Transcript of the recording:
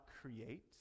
create